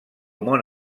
món